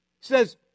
says